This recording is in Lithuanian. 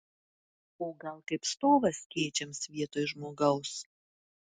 o gal kaip stovas skėčiams vietoj žmogaus